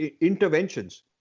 interventions